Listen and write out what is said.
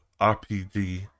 RPG